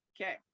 okay